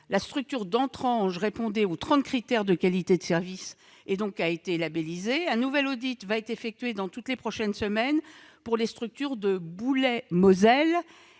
la structure d'Entrange, qui répondait aux trente critères de qualité de service, a été labellisée. Un nouvel audit va être effectué dans les prochaines semaines pour les structures de Boulay-Moselle